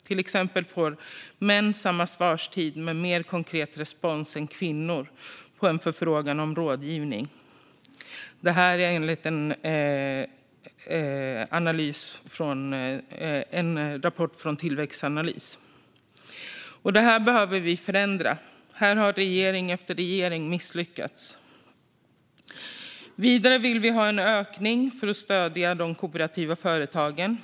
Till exempel får män samma svarstid men mer konkret respons än kvinnor på en förfrågan om rådgivning, enligt en rapport från Tillväxtanalys. Detta behöver vi förändra. Här har regering efter regering misslyckats. Vidare vill vi ha en ökning för att stödja de kooperativa företagen.